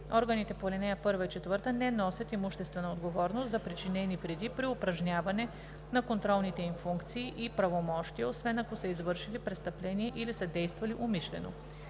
Органите по ал. 1 и 4 не носят имуществена отговорност за причинени вреди при упражняване на контролните им функции и правомощия, освен ако са извършили престъпление или са действали умишлено.“